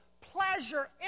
pleasure